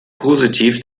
positiv